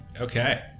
Okay